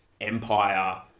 empire